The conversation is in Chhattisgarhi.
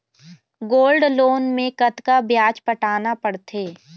गोल्ड लोन मे कतका ब्याज पटाना पड़थे?